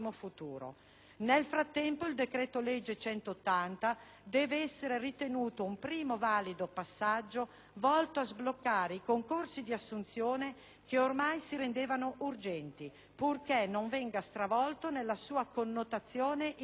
Nel frattempo, il decreto-legge n. 180 deve essere ritenuto un primo valido passaggio volto a sbloccare i concorsi di assunzione che ormai si rendevano urgenti, purché non venga stravolto nella sua connotazione innovativa.